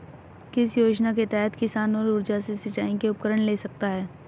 किस योजना के तहत किसान सौर ऊर्जा से सिंचाई के उपकरण ले सकता है?